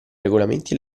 regolamenti